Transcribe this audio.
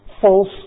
false